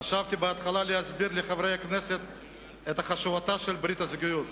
חשבתי בהתחלה להסביר לחברי הכנסת את חשיבותה של ברית הזוגיות,